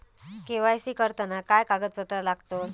KYC करताना काय कागदपत्रा लागतत?